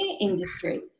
industry